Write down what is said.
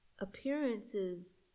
appearances